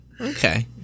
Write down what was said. Okay